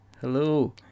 Hello